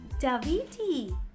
Daviti